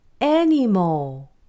animal